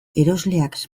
erosleak